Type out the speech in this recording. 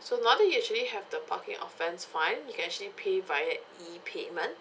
so another usually have the parking offence fine you can actually pay via E payment